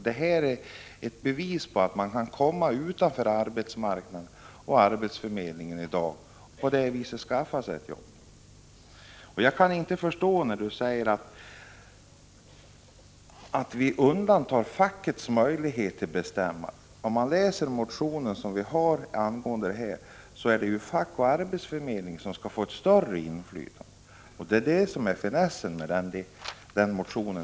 Det är ett bevis på att man i dag utanför arbetsmarknaden och arbetsförmedlingen kan skaffa sig ett jobb genom kontakter. Bo Nilsson sade att vi vill beröva facket möjligheterna att vara med och bestämma. Om Bo Nilsson läser den motion vi väckt i den här frågan skall han finna att vi vill att fack och arbetsförmedling skall få ett större inflytande. Det är finessen med motionen.